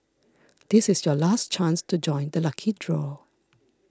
this is your last chance to join the lucky draw